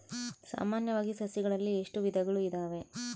ಸಾಮಾನ್ಯವಾಗಿ ಸಸಿಗಳಲ್ಲಿ ಎಷ್ಟು ವಿಧಗಳು ಇದಾವೆ?